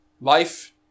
Life